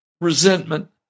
resentment